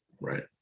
right